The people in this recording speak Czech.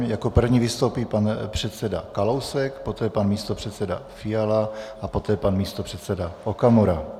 Jako první vystoupí pan předseda Kalousek, poté pan místopředseda Fiala a poté pan místopředseda Okamura.